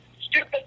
stupid